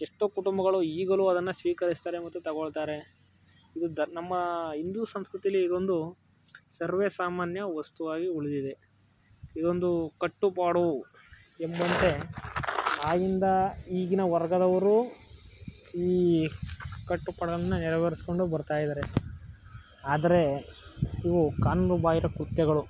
ಎಷ್ಟೋ ಕುಟುಂಬಗಳು ಈಗಲೂ ಅದನ್ನು ಸ್ವೀಕರಿಸ್ತಾರೆ ಮತ್ತು ತಗೋಳ್ತಾರೆ ಇದು ದ ನಮ್ಮ ಹಿಂದೂ ಸಂಸ್ಕೃತೀಲಿ ಇದೊಂದು ಸರ್ವೇಸಾಮಾನ್ಯ ವಸ್ತು ಆಗಿ ಉಳಿದಿದೆ ಇದೊಂದು ಕಟ್ಟುಪಾಡು ಎಂಬಂತೆ ಆಗಿಂದ ಈಗಿನ ವರ್ಗದವರು ಈ ಕಟ್ಟುಪಾಡನ್ನು ನೆರವೇರಿಸ್ಕೊಂಡು ಬರ್ತಾ ಇದಾರೆ ಆದರೆ ಇವು ಕಾನೂನು ಬಾಹಿರ ಕೃತ್ಯಗಳು